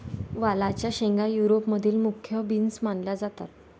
वालाच्या शेंगा युरोप मधील मुख्य बीन्स मानल्या जातात